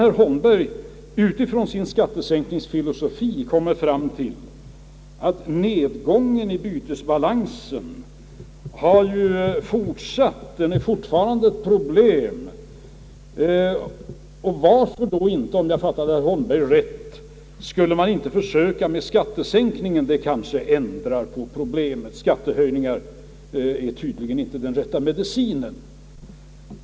Herr Holmberg har utifrån sin skattesänkningsfilosofi kommit fram till att nedgången i bytesbalansen fortfarande är ett problem och undrar — om jag fattade honom rätt — om man inte skall försöka med skattesänkningar; det kanske ändrar på problemet, skättehöjningar är tydligen inte den rätta medicinen.